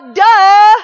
duh